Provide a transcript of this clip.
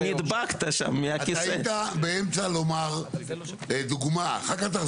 מסתכל בטור הימני כדי להבין מתי הוצא הדרכון ובשורה